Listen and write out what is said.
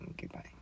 Goodbye